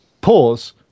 Pause